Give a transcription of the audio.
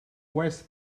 west